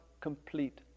complete